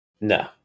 No